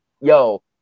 yo